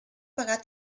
pagar